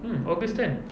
mm august ten